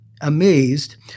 amazed